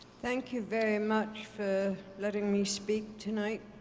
thank you very much for letting me speak tonight.